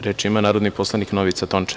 Reč ima narodni poslanik Novica Tončev.